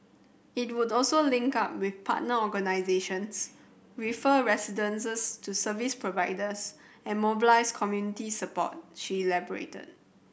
it would also link up with partner organisations refer residents to service providers and mobilise community support she elaborated